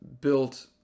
built